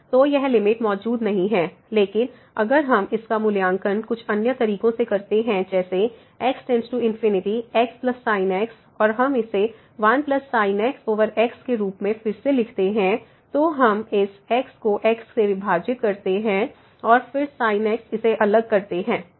तो यह लिमिट मौजूद नहीं है लेकिन अगर हम इसका मूल्यांकन कुछ अन्य तरीकों से करते हैं जैसे x→∞ xsin x और हम इसे 1sin x x के रूप में फिर से लिखते हैं तो हम इस x को x से विभाजित करते हैं और फिर sin x इसे अलग करते हैं